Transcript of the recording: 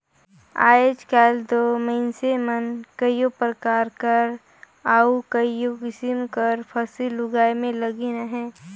आएज काएल दो मइनसे मन कइयो परकार कर अउ कइयो किसिम कर फसिल उगाए में लगिन अहें